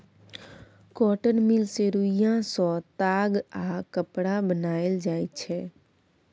cotton mill मे रुइया सँ ताग आ कपड़ा बनाएल जाइ छै